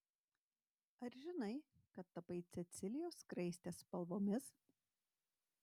ar žinai kad tapai cecilijos skraistės spalvomis